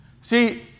See